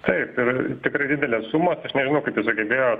taip ir tikrai didelės sumos aš nežino kaip jis sugebėjo